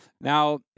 Now